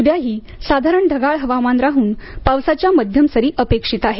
उद्याही साधारण ढगाळ हवामान राहून पावसाच्या मध्यम सरी अपेक्षित आहेत